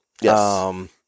Yes